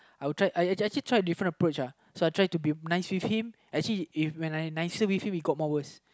I would I actually tried different approach uh so I tried to be nice with him actually if when I nicer with him it got more worse uh